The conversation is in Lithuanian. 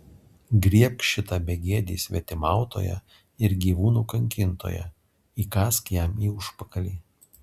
griebk šitą begėdį svetimautoją ir gyvūnų kankintoją įkąsk jam į užpakalį